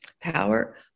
power